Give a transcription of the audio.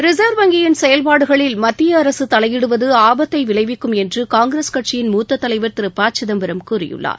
reserve வங்கியின் செயல்பாடுகளில் மத்திய அரசு தலையிடுவது ஆபத்தை விளைவிக்கும் என்று காங்கிரஸ் கட்சியின் மூத்த தலைவர் திரு ப சிதம்பரம் கூறியுள்ளார்